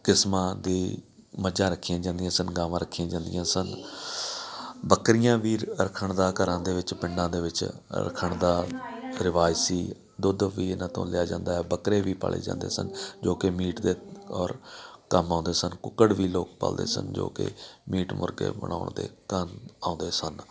ਕਿਸਮਾਂ ਦੀ ਮੱਝਾਂ ਰੱਖੀਆਂ ਜਾਂਦੀਆਂ ਸਨ ਗਾਵਾਂ ਰੱਖੀਆਂ ਜਾਂਦੀਆਂ ਸਨ ਬੱਕਰੀਆਂ ਵੀ ਰੱਖਣ ਦਾ ਘਰਾਂ ਦੇ ਵਿੱਚ ਪਿੰਡਾਂ ਦੇ ਵਿੱਚ ਰੱਖਣ ਦਾ ਰਿਵਾਜ਼ ਸੀ ਦੁੱਧ ਵੀ ਇਹਨਾਂ ਤੋਂ ਲਿਆ ਜਾਂਦਾ ਬੱਕਰੇ ਵੀ ਪਾਲੇ ਜਾਂਦੇ ਸਨ ਜੋ ਕਿ ਮੀਟ ਦੇ ਔਰ ਕੰਮ ਆਉਂਦੇ ਸਨ ਕੁੱਕੜ ਵੀ ਲੋਕ ਪਲਦੇ ਸਨ ਜੋ ਕਿ ਮੀਟ ਮੁਰਗੇ ਬਣਾਉਣ ਦੇ ਕੰਮ ਆਉਂਦੇ ਸਨ